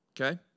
okay